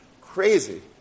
crazy